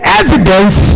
evidence